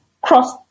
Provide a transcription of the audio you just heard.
cross